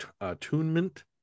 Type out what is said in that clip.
attunement